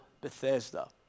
Bethesda